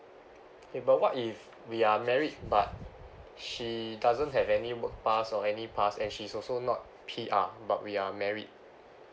okay but what if we are married but she doesn't have any work pass or any pass and she's also not P_R but we are married